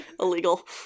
Illegal